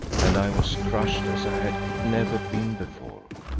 and i was crushed as i had never been before.